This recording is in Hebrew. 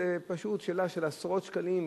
זה פשוט עניין של עשרות שקלים,